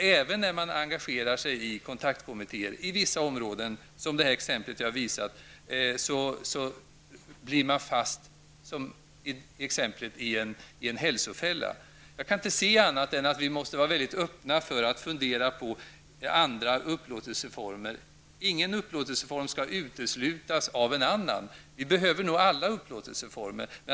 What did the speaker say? Trots att den boende engagerar sig i kontaktkommittén kan han eller hon, som mitt exempel visade, fastna i en hälsofälla. Jag kan alltså inte se annat än att vi måste vara öppna för andra upplåtelseformer. Ingen upplåtelseform skall uteslutas. Alla upplåtelseformer behövs.